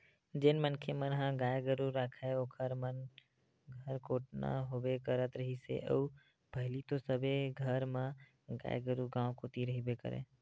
जेन मनखे मन ह गाय गरु राखय ओखर मन घर कोटना होबे करत रिहिस हे अउ पहिली तो सबे घर म गाय गरु गाँव कोती रहिबे करय